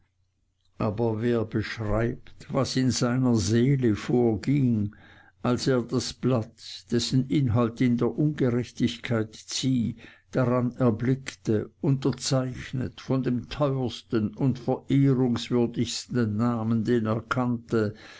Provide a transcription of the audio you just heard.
aber wer beschreibt was in seiner seele vorging als er das blatt dessen inhalt ihn der ungerechtigkeit zieh daran erblickte unterzeichnet von dem teuersten und verehrungswürdigsten namen den er kannte